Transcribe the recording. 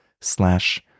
slash